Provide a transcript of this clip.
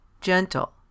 gentle